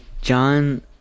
John